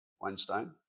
Weinstein